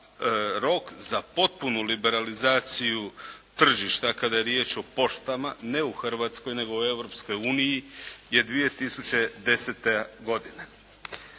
rok za potpunu liberalizaciju tržišta kada je riječ o poštama, ne u Hrvatskoj nego u Europskoj uniji je 2010. godina.